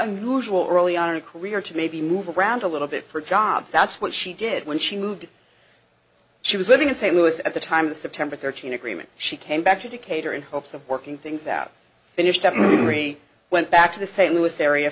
unusual early on in a career to maybe move around a little bit for a job that's what she did when she moved she was living in st louis at the time of the september thirteenth agreement she came back to decatur in hopes of working things out and if he went back to the st louis area